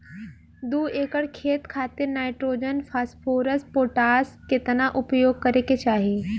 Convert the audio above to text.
दू एकड़ खेत खातिर नाइट्रोजन फास्फोरस पोटाश केतना उपयोग करे के चाहीं?